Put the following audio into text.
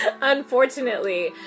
unfortunately